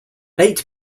eight